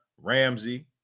ramsey